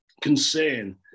concern